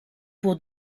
pour